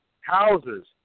houses